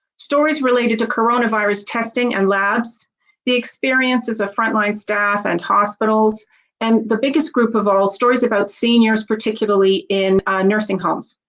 stories related to coronavirus testing and labs the experiences of frontline staff and hospitals and the biggest group of all stories about seniors particularly in nursing homes.